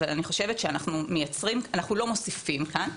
אבל אני חושבת שאנחנו לא מוסיפים כאן,